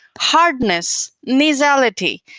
hardness, nasality.